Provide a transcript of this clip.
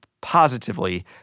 positively